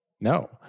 no